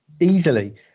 easily